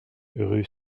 rue